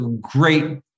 great